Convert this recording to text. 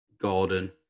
Gordon